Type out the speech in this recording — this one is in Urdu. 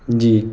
جی